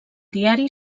diari